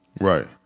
right